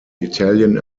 italian